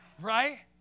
Right